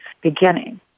beginning